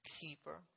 keeper